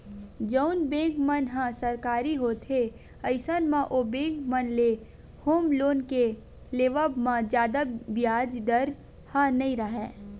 जउन बेंक मन ह सरकारी होथे अइसन म ओ बेंक मन ले होम लोन के लेवब म जादा बियाज दर ह नइ राहय